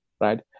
right